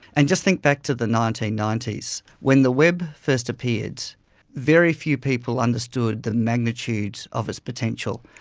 and just think back to the nineteen ninety s. when the web first appeared, very few people understood the magnitude of its potential.